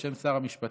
בשם שר המשפטים,